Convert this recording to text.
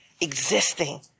Existing